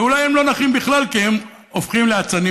ואולי הם לא נכים בכלל כי הם הופכים לאצנים